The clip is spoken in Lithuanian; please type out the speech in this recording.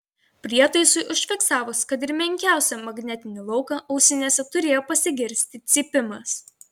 prietaisui užfiksavus kad ir menkiausią magnetinį lauką ausinėse turėjo pasigirsti cypimas